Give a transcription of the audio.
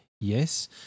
yes